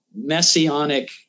messianic